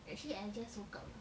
actually I just woke up lah